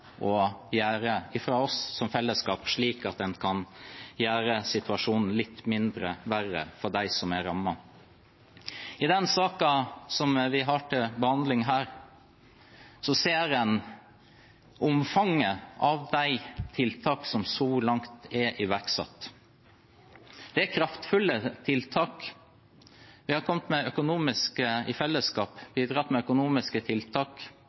å gjøre situasjonen litt mindre dårlig for dem som er rammet. I den saken vi har til behandling her, ser en omfanget av de tiltakene som så langt er iverksatt. Det er kraftfulle tiltak. Vi har i fellesskap bidratt med økonomiske tiltak